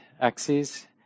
axes